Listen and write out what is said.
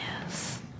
Yes